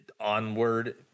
onward